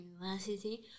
University